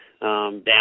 down